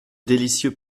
délicieux